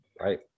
Right